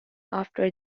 after